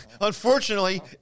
unfortunately